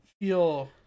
feel